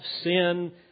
sin